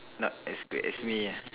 not as good as me ah